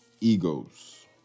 egos